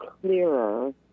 clearer